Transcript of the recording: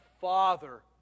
Father